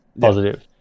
Positive